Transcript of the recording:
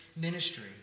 ministry